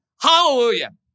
hallelujah